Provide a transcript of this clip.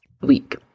week